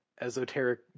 esoteric